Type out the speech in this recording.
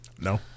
No